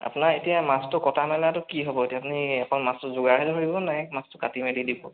আপোনাৰ এতিয়া মাছটো কটা মেলাতো কি হ'ব এতিয়া আপুনি অকল মাছটো যোগাৰহে ধৰিব নে মাছটো কাটি মেলি দিব